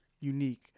unique